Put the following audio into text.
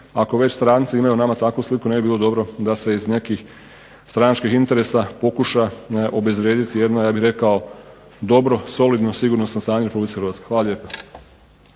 Ako već stranci imaju o nama takvu sliku ne bi bilo dobro da se iz nekih stranačkih interesa pokuša obezvrijediti jedna ja bih rekao dobro, solidno sigurnosno stanje u Republici Hrvatskoj. Hvala lijepo.